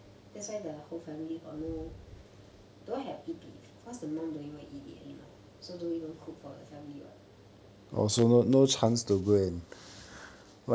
that's why the whole family got no don't have eat beef because the mum don't even eat it anymore so don't even cook for the family [what]